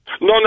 No